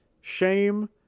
shame